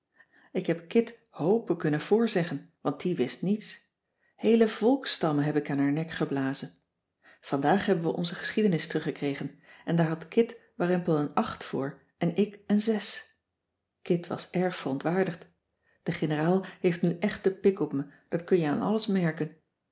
ik heb kit hoopen kunnen voorzeggen want die wist niets heele volksstammen heb ik in haar nek geblazen vandaag hebben we onze geschiedenis teruggekregen en daar had kit warempel een acht voor en ik een zes kit was erg verontwaardigd de generaal heeft nu echt de pik op me dat kun je aan alles merken